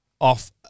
off